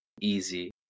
easy